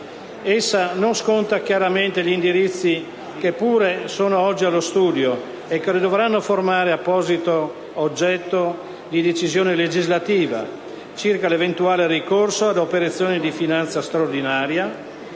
Essa non sconta chiaramente gli indirizzi che pure sono oggi allo studio e che dovranno formare apposito oggetto di decisione legislativa circa l'eventuale ricorso ad operazioni di finanza straordinaria